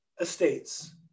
estates